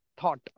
thought